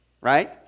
right